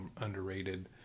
underrated